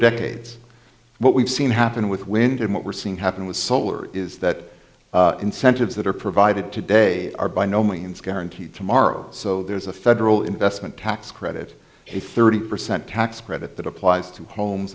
decades what we've seen happen with wind and what we're seeing happen with solar is that incentives that are provided today are by no means guaranteed tomorrow so there's a federal investment tax credit a thirty percent tax credit that applies to homes